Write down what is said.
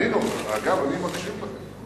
אגב, אני מקשיב לזה.